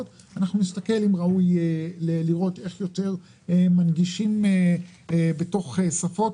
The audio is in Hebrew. אם ראוי לראות איך מנגישים יותר בשפות.